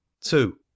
two